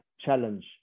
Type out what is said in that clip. challenge